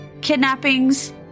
kidnappings